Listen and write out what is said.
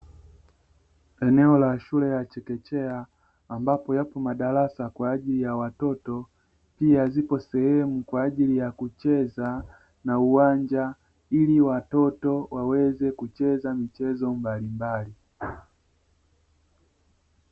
Eneo la shule la chekechea ambapo yapo madarasa kwa ajili ya watoto, pia zipo sehemu kwa ajili ya kucheza na uwanja ili watoto waweze kucheza michezo mbalimbali.